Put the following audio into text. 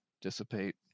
dissipate